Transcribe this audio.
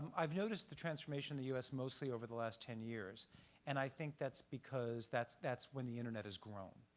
i've noticed the transformation of the us mostly over the last ten years and i think that's because that's that's when the internet has grown.